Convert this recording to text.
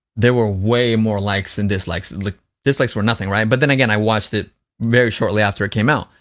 there were way more likes than dislikes, like, the dislikes were nothing, right? but, then again, i watched it very shortly after it came out.